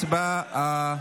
הצבעה.